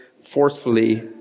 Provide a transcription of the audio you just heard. forcefully